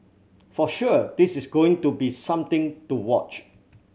for sure this is going to be something to watch